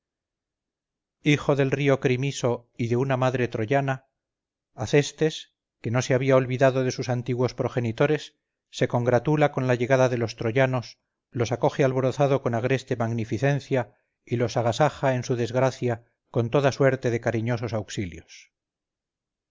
hijo del río crimiso y de una madre troyana acestes que no se había olvidado de sus antiguos progenitores se congratula con la llegada de los troyanos los acoge alborozado con agreste magnificencia y los agasaja en su desgracia con toda suerte de cariñosos auxilios